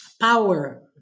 power